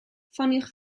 ffoniwch